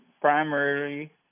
primarily